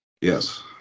Yes